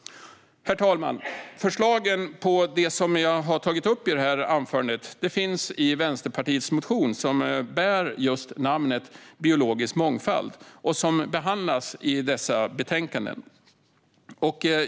Herr talman! Förslagen på det som jag har tagit upp i mitt anförande finns i Vänsterpartiets motion Biologisk mångfald som behandlas i dessa båda betänkanden.